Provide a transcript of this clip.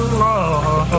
love